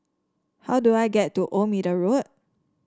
how do I get to Old Middle Road